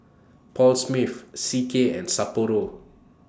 Paul Smith C K and Sapporo